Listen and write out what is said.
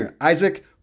Isaac